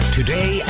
Today